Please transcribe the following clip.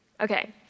Okay